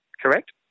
correct